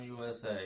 USA